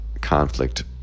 conflict